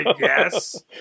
yes